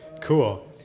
cool